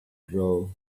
grow